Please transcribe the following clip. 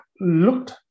looked